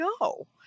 No